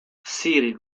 sir